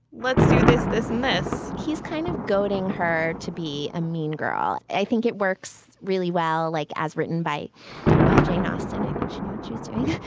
let's do this, this and this he's kind of goading her to be a mean girl. i think it works really well, like as written by by jane austen. i think she knew and she was doing